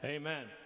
Amen